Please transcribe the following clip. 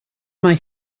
mae